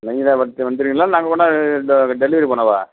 நீங்களாக பார்த்து வந்துருவீங்களா நாங்கள் கொண்டாந்து டெ டெலிவரி பண்ணவா